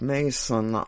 Mason